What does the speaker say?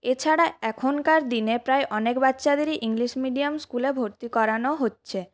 এছাড়া এখনকার দিনে প্রায় অনেক বাচ্চাদেরই ইংলিশ মিডিয়াম স্কুলে ভর্তি করানো হচ্ছে